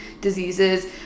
diseases